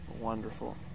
wonderful